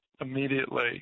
immediately